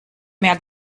mehr